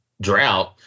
drought